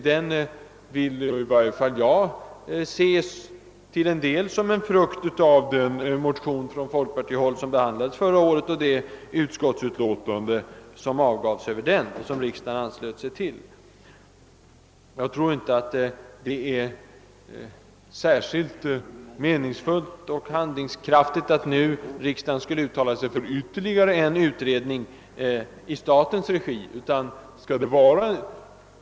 Till en del kan väl denna utredning ses som en frukt av fjolårets folkpartimotion och av det utlåtande som avgavs över denna motion, ett utlåtande som riksdagen anslöt sig till. Jag tror inte det vore särskilt meningsfullt och handlingskraftigt, om riksdagen nu uttalade sig för ytterligare en utredning som skulle utföras i statens regi.